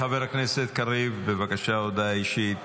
חבר הכנסת קריב, בבקשה, הודעה אישית.